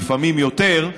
לפעמים יותר,